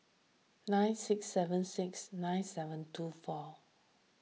nine six seven six nine seven two four